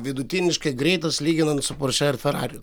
vidutiniškai greitas lyginant su poršė ar ferariu